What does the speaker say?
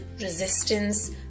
resistance